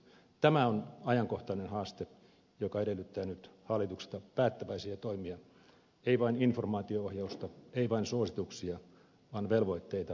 tämä on ajankohtainen haaste joka edellyttää nyt hallitukselta päättäväisiä toimia ei vain informaatio ohjausta ei vain suosituksia vaan velvoitteita ja resursseja